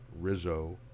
Rizzo